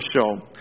show